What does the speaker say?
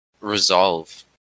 resolve